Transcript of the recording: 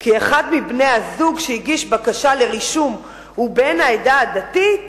כי אחד מבני-הזוג שהגיש בקשה לרישום הוא בן העדה הדתית